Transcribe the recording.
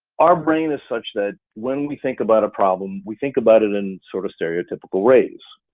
our brain is such that when we think about a problem, we think about it in sort of stereotypical ways.